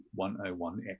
101x